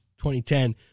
2010